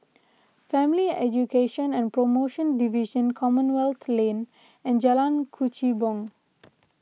Family Education and Promotion Division Commonwealth Lane and Jalan Kechubong